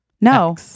No